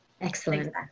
Excellent